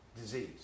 disease